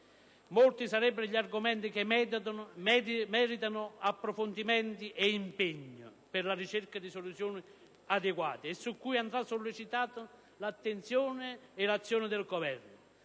Molti sono gli argomenti che meritano sicuramente approfondimenti e impegno per la ricerca di soluzioni adeguate e su cui andrà sollecitata l'attenzione e l'azione del Governo.